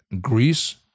Greece